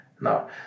no